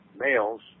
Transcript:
males